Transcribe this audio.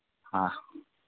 हाँ